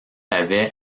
avait